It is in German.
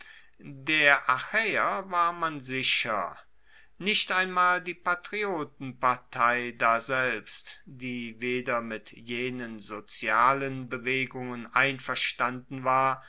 der achaeer war man sicher nicht einmal die patriotenpartei daselbst die weder mit jenen sozialen bewegungen einverstanden war